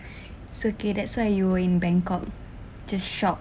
it's okay that's why you in bangkok to shop